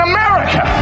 America